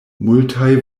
multaj